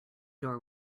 door